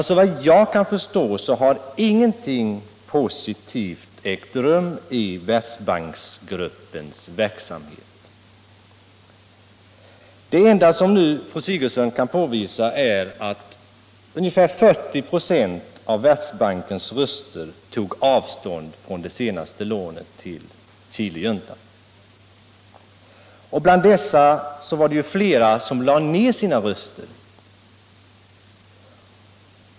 Såvitt jag kan förstå har alltså ingenting positivt ägt rum i Världsbanksgruppens verksamhet. Det enda som nu fru Sigurdsen kan påvisa är att ungefär 40 96 av Världsbankens medlemmar tog avstånd från det senaste lånet till Chilejuntan. Bland dessa medlemmar var det ju flera som lade ned sina röster.